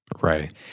Right